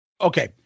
Okay